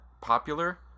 popular